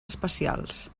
especials